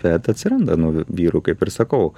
bet atsiranda nu vyrų kaip ir sakau